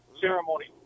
ceremony